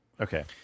Okay